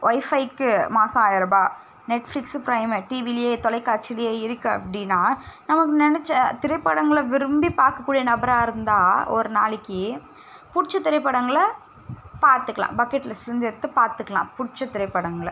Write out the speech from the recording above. ஒய்ஃபைக்கு மாதம் ஆயர்ரூபா Netflix prime டிவியிலியே தொலைக்காட்சியிலியே இருக்குது அப்படின்னா நமக்கு நினச்ச திரைப்படங்களை விரும்பி பார்க்கக்கூடிய நபராக இருந்தால் ஒரு நாளைக்கு பிடிச்ச திரைப்படங்களை பார்த்துக்கலாம் பக்கெட் லிஸ்ட்லேருந்து எடுத்து பார்த்துக்கலாம் பிடிச்ச திரைப்படங்களை